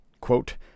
Quote